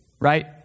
right